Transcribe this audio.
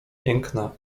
piękna